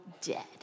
dead